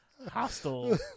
Hostile